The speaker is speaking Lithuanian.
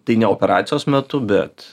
tai ne operacijos metu bet